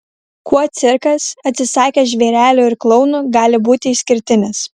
kuo cirkas atsisakęs žvėrelių ir klounų gali būti išskirtinis